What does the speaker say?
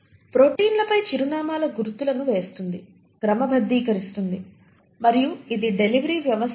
ప్రోటీన్లపై చిరునామాల గుర్తులను వేస్తుంది క్రమబద్దీకరిస్తుంది మరియు ఇది డెలివరీ వ్యవస్థ కూడా